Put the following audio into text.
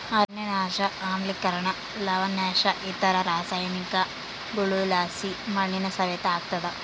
ಅರಣ್ಯನಾಶ ಆಮ್ಲಿಕರಣ ಲವಣಾಂಶ ಇತರ ರಾಸಾಯನಿಕಗುಳುಲಾಸಿ ಮಣ್ಣಿನ ಸವೆತ ಆಗ್ತಾದ